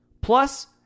Plus